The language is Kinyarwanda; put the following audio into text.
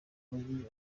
mugi